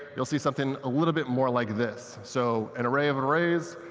you'll see something little bit more like this. so an array of arrays,